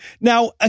Now